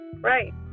Right